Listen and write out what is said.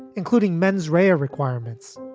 including mens rea or requirements